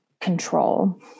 control